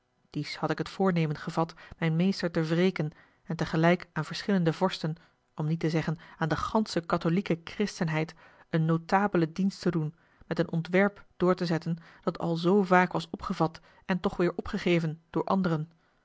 dies had ik het voornemen gevat mijn meester te wreken en tegelijk aan verschillende vorsten om niet te zeggen aan de gansche katholieke christenheid een notabelen dienst te doen met een ontwerp door te zetten dat al zoo vaak was a l g bosboom-toussaint de delftsche wonderdokter eel opgevat en toch weêr opgegeven door anderen